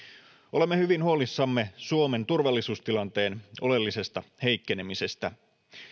olemme hyvin huolissamme suomen turvallisuustilanteen oleellisesta heikkenemisestä